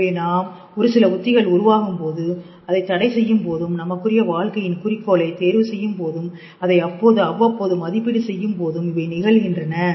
எனவே நாம் ஒரு சில உத்திகளை உருவாக்கும் போதும் அதைத் தடை செய்யும் போதும் நமக்குரிய வாழ்க்கையின் குறிக்கோளை தேர்வு செய்யும் போதும் அதை அப்போது அவ்வப்போது மதிப்பீடு செய்யும் போதும் இவை நிகழ்கின்றன